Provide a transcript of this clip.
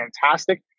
fantastic